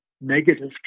negative